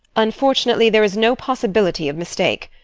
unfortunately there is no possibility of mistake.